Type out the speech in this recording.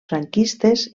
franquistes